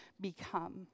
become